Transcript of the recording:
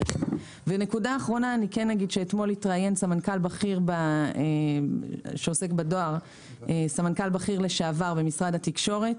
ונקודה אחרונה אתמול התראיין ברדיו סמנכ"ל בכיר לשעבר במשרד התקשורת